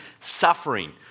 suffering